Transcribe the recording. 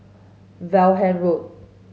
Vaughan Road